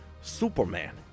Superman